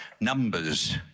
numbers